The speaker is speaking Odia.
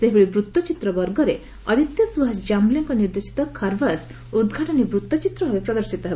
ସେହିଭଳି ବୂଉଚିତ୍ର ବର୍ଗରେ ଅଦିତ୍ୟ ସୁହାସ୍ ଜାୟଲେଙ୍କ ନିର୍ଦ୍ଦେଶିତ ଖାରବାସ୍ ଉଦ୍ଘାଟନୀ ବୂତ୍ତଚିତ୍ର ଭାବେ ପ୍ରଦର୍ଶିତ ହେବ